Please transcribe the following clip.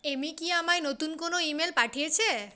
এমি কি আমায় নতুন কোনও ইমেল পাঠিয়েছে